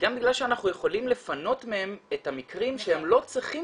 גם בגלל שאנחנו יכולים לפנות מהם את המקרים שהם לא צריכים